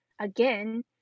again